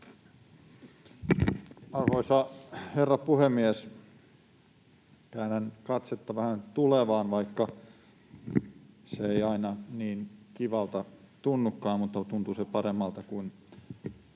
Arvoisa herra puhemies! Käännän katsetta vähän tulevaan, vaikka se ei aina niin kivalta tunnukaan, mutta tuntuu se paremmalta kuin